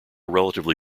relatively